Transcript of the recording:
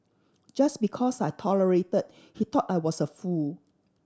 just because I tolerated he thought I was a fool